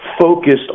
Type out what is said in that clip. focused